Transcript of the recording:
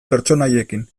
pertsonaiekin